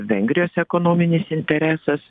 vengrijos ekonominis interesas